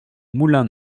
moulin